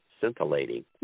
scintillating